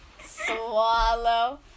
Swallow